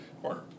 corner